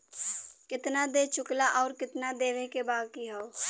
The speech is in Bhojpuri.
केतना दे चुकला आउर केतना देवे के बाकी हौ